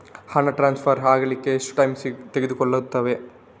ಹಣ ಟ್ರಾನ್ಸ್ಫರ್ ಅಗ್ಲಿಕ್ಕೆ ಎಷ್ಟು ಟೈಮ್ ತೆಗೆದುಕೊಳ್ಳುತ್ತದೆ?